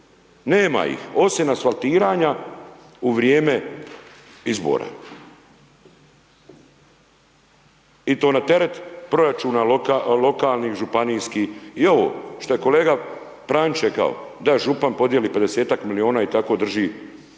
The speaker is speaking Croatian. Nema ih. Osim asfaltiranja u vrijeme izbora. I to na teret proračuna lokalnih, županijskih, i evo, što je kolega Pranić rekao, da župan podijeli 50-ak milijuna i tako drži